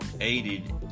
aided